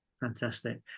fantastic